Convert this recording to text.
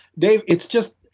dave, it's just,